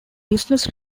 business